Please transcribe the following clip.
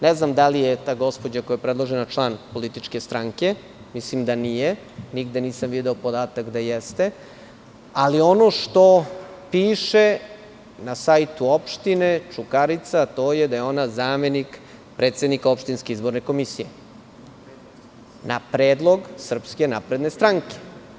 Ne znam da li je ta gospođa koja je predložena član političke stranke, mislim da nije, nigde nisam video podatak da jeste, ali ono što piše na sajtu opštine Čukarica, to je da je ona zamenik predsednika Opštinske izborne komisije, na predlog Srpske napredne stranke.